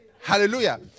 Hallelujah